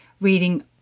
reading